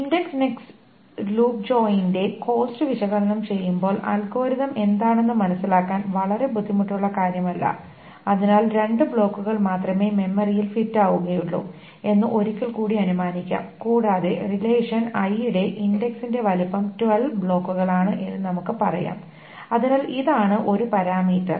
indexed nested loop join ന്റെ cost വിശകലനം ചെയ്യുമ്പോൾ അൽഗോരിതം എന്താണെന്ന് മനസ്സിലാക്കാൻ വളരെ ബുദ്ധിമുട്ടുള്ള കാര്യമല്ല അതിനാൽ രണ്ട് ബ്ലോക്കുകൾ മാത്രമേ മെമ്മറിയിൽ ഫിറ്റ് ആവുകയുള്ളൂ എന്ന് ഒരിക്കൽ കൂടി അനുമാനിക്കാം കൂടാതെ റിലേഷൻ i ടെ ഇന്ഡക്സിന്റെ വലുപ്പം 12 ബ്ലോക്കുകളാണ് എന്ന് നമുക്ക് പറയാം അതിനാൽ ഇതാണ് ഒരു പാരാമീറ്റർ